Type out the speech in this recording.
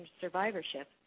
survivorship